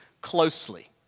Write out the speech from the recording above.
closely